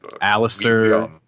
Alistair